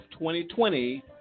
2020